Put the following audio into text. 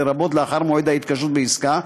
לרבות לאחר מועד ההתקשרות בעסקה,